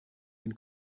den